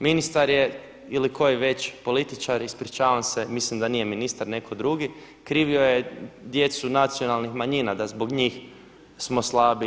Ministar je ili koji već političar ispričavam se, mislim da nije ministar, netko drugi krivio je djecu nacionalnih manjina da zbog njih smo slabi itd.